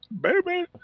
baby